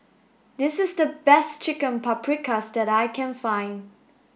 this is the best Chicken Paprikas that I can find